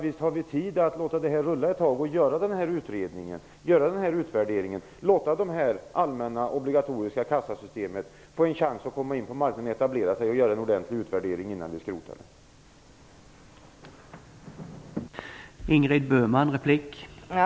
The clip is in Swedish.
Visst har vi tid att göra den här utredningen och utvärderingen och låta det allmänna obligatoriska kassasystemet få en chans att etablera sig innan vi skrotar det.